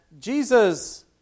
Jesus